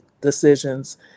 decisions